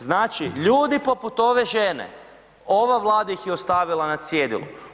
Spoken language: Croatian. Znači, ljudi poput ove žene, ova Vlada ih je ostavila na cjedilu.